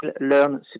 learn